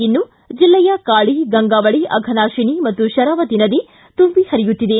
ಇನ್ನು ಜಿಲ್ಲೆಯ ಕಾಳಿ ಗಂಗಾವಳಿ ಅಘನಾಶಿನಿ ಹಾಗೂ ಶರಾವತಿ ನದಿ ತುಂಬಿ ಹರಿಯುತ್ತಿದೆ